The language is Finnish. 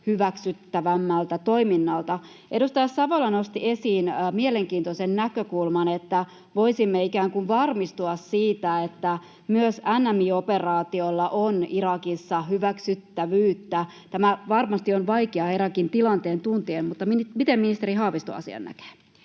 hyväksyttävämpänä toimintana. Edustaja Savola nosti esiin mielenkiintoisen näkökulman, että voisimme ikään kuin varmistua siitä, että myös NMI-operaatiolla on Irakissa hyväksyttävyyttä. Tämä varmasti on vaikeaa Irakin tilanteen tuntien, mutta miten ministeri Haavisto asian näkee?